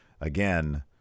Again